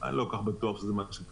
אני לא כל כך בטוח שזה מה שקרה.